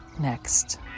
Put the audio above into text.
next